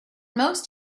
most